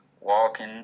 walking